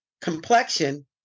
complexion